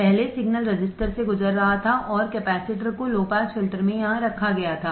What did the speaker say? पहले signal register से गुजर रहा था और कैपेसिटर को लो पास फिल्टर में यहां रखा गया था